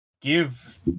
give